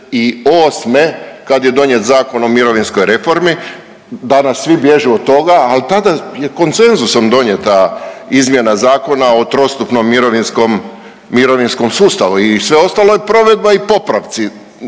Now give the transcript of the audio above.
1998. kad je donijet Zakon o mirovinskoj reformi. Danas svi bježe od toga, ali tada je konsenzusom donijeta izmjena Zakona o trostupnom mirovinskom sustavu i sve ostalo je provedba i popravci eventualnih